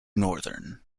northern